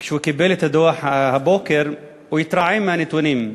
כשהוא קיבל את הדוח הבוקר הוא התרעם על הנתונים,